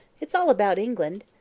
it's all about england.